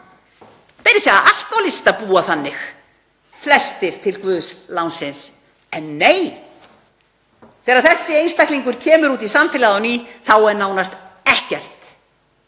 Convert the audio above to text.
meira að segja alkóhólistar búa þannig, flestir til guðs lánsins. En nei, þegar þessi einstaklingur kemur út í samfélagið á ný þá er nánast ekkert